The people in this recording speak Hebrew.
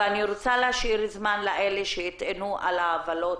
ואני רוצה להשאיר זמן לאלה שיטענו על העוולות.